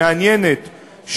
מעניינת,